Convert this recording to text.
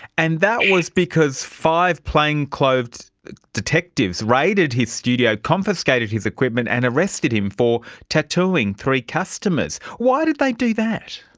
and that was because five plain-clothed detectives raided his studio, confiscated his equipment and arrested him for tattooing three customers. why did they do that?